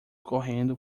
correndo